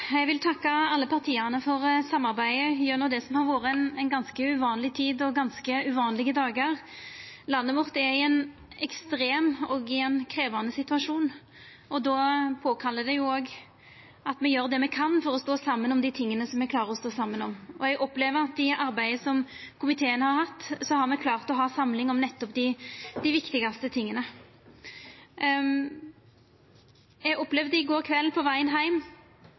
Eg vil takka alle partia for samarbeidet gjennom det som har vore ei ganske uvanleg tid og ganske uvanlege dagar. Landet vårt er i ein ekstrem og krevjande situasjon, og då påkallar det òg at me gjer det me kan for å stå saman om dei tinga som me klarar å stå saman om. Eg opplever at i arbeidet komiteen har hatt, har me klart å samla oss om nettopp dei viktigaste tinga. Eg opplevde i går kveld, på